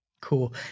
Cool